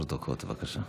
שלוש דקות, בבקשה.